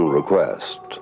request